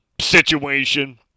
situation